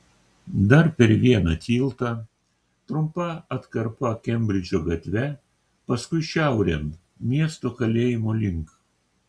dar per vieną tiltą trumpa atkarpa kembridžo gatve paskui šiaurėn miesto kalėjimo link